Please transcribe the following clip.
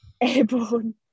airborne